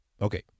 Okay